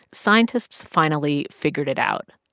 scientists finally figured it out.